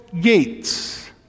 Gates